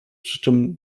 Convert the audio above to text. rzeczą